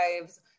lives